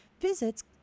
visits